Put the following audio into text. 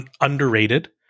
underrated